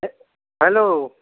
hello